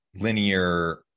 linear